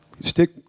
Stick